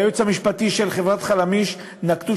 והיועץ המשפטי של חברת "חלמיש" נקטו